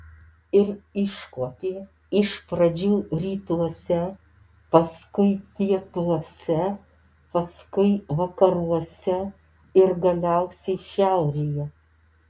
ir iškuopė iš pradžių rytuose paskui pietuose paskui vakaruose ir galiausiai šiaurėje